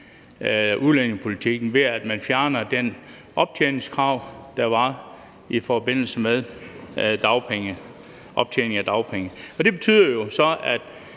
udlændingepolitikken, ved at man fjerner det optjeningskrav, der var i forbindelse med optjening af dagpenge. Og det betyder jo så, at